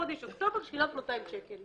בחודש אוקטובר שילמת 200 שקל.